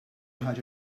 ħaġa